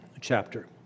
chapter